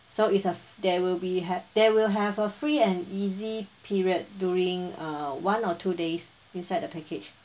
so it's a there will be ha~ they will have a free and easy period during uh one or two days inside the package